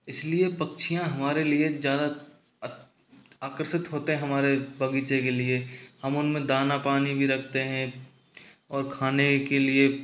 इसलिए पक्षियाँ हमारे लिए ज़्यादा आकर्षित होते हैं हमारे बगीचे के लिए हम उनमें दाना पानी भी रखते हैं और खाने के लिए